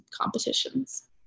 competitions